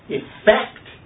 effect